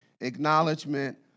Acknowledgement